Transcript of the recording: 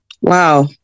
Wow